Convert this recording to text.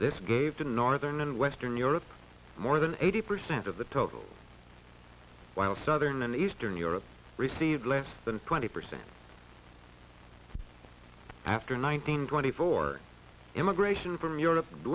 this gave the northern and western europe more than eighty percent of the total while southern and eastern europe received less than twenty percent after nineteen twenty four emigration from europe